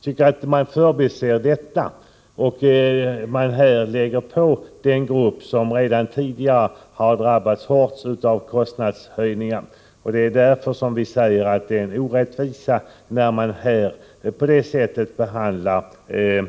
Jag anser att man förbiser detta när man nu lägger på nya bördor på den grupp som redan tidigare har drabbats hårt av kostnadshöjningar. Det är därför vi säger att det är en orättvisa när man behandlar fastighetsägarna som man gör